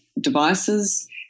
devices